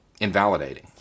invalidating